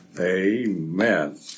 amen